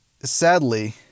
sadly